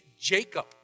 Jacob